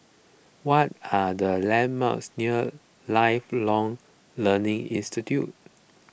what are the landmarks near Lifelong Learning Institute